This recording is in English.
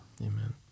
Amen